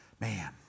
man